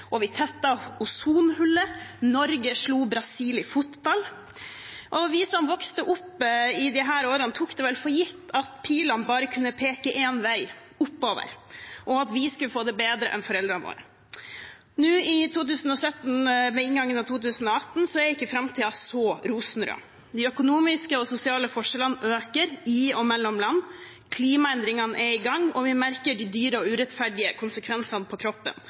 vekst, vi tettet ozonhullet, Norge slo Brasil i fotball, og vi som vokste opp i disse årene, tok det vel for gitt at pilene bare kunne peke én vei – oppover – og at vi skulle få det bedre enn foreldrene våre. Nå, i 2017, ved inngangen til 2018, er ikke framtiden så rosenrød. De økonomiske og sosiale forskjellene øker i og mellom land, klimaendringene er i gang, og vi merker de dyre og urettferdige konsekvensene på kroppen.